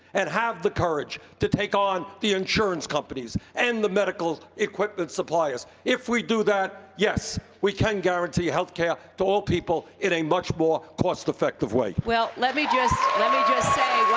and have the courage to take on the insurance companies, and the medical equipment suppliers, if we do that, yes, we can guarantee health care to all people in a much more cost effective way. clinton well, let me just let me just